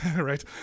right